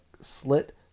slit